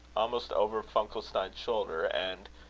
almost over funkelstein's shoulder, and,